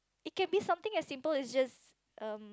it can be something as simple as just um